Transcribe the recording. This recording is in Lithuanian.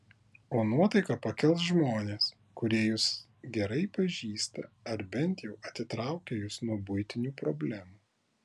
o nuotaiką pakels žmonės kurie jus gerai pažįsta ar bent jau atitraukia jus nuo buitinių problemų